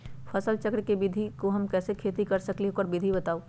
फसल चक्र के विधि से हम कैसे खेती कर सकलि ह हमरा ओकर विधि बताउ?